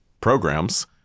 programs